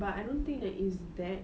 but I don't think that is that